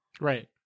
Right